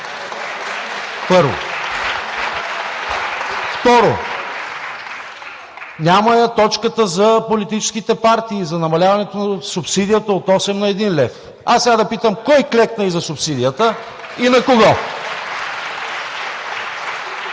Второ, няма я точката за политическите партии и за намаляването на субсидията от 8 на 1 лв. А сега да питам: кой клекна за субсидията и на кого?